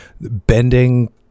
bending